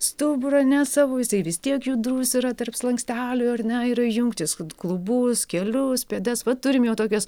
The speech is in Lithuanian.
stuburą ne savo jisai vis tiek judrus yra tarp slankstelių ar ne yra jungtys klubus kelius pėdas va turim jau tokias